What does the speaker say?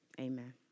amen